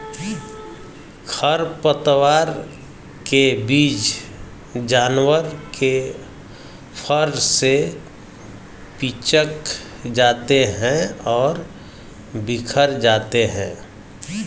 खरपतवार के बीज जानवर के फर से चिपक जाते हैं और बिखर जाते हैं